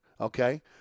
okay